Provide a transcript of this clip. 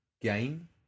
game